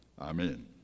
Amen